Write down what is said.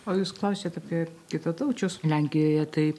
o jūs klausėt apie kitataučius lenkijoje tai